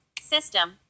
System